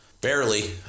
Barely